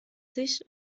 sich